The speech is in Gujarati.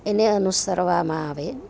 એને અનુસરવામાં આવે